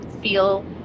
feel